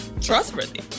trustworthy